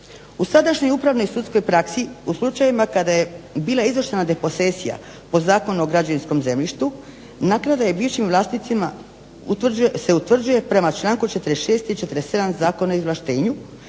U sadašnjoj upravnoj i sudskoj praksi u slučajevima kada je bila izvršena deposesija po Zakonu o građevinskom zemljištu naknada se bivšim vlasnicima utvrđuje prema članku 46. i 47. Zakona o izvlaštenju